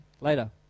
later